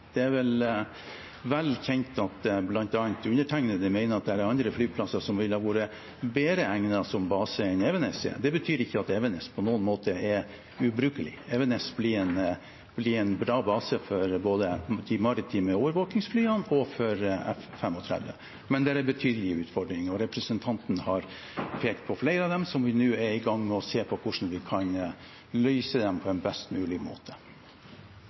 Det er vel kjent at bl.a. undertegnede mener at det er andre flyplasser som ville ha vært bedre egnet som base enn Evenes er. Det betyr ikke at Evenes på noen måte er ubrukelig. Evenes blir en bra base både for de maritime overvåkningsflyene og for F-35. Men det er betydelige utfordringer – representanten har pekt på flere av dem – som vi nå er i gang med å se på hvordan vi kan løse på en best mulig måte.